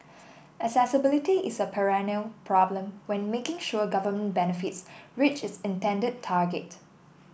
accessibility is a perennial problem when making sure government benefits reach its intended target